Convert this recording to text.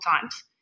times